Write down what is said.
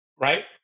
right